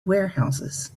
warehouses